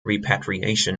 repatriation